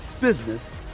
business